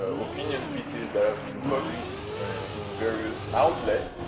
ah opinion pieces that have been published in various outlets,